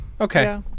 Okay